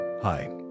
Hi